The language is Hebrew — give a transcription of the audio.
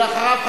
אחריו,